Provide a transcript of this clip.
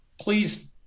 please